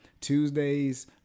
Tuesdays